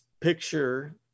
picture